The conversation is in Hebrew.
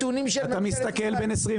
נניח שהייתם אומרים לי שאתם מניידים ממינהל